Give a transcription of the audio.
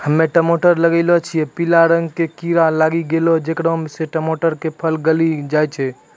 हम्मे टमाटर लगैलो छियै पीला रंग के कीड़ा लागी गैलै जेकरा से टमाटर के फल गली जाय छै?